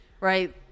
right